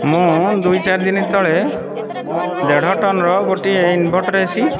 ମୁଁ ଦୁଇ ଚାରିଦିନି ତଳେ ଦେଢ଼ ଟନ୍ର ଗୋଟିଏ ଇନଭର୍ଟର ଏସି